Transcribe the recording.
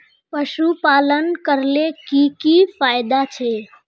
पशुपालन करले की की फायदा छे?